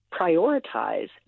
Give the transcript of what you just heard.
prioritize